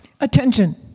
Attention